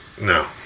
No